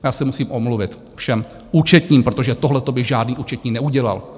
Já se musím omluvit všem účetním, protože tohleto by žádný účetní neudělal.